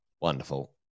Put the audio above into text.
wonderful